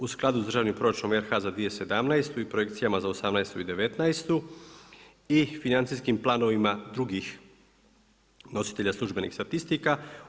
U skladu s državnim proračunom RH za 2017. i projekcijama za 2018. i 2019. i financijskim planovima drugih nositelja službenih statistika.